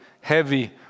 heavy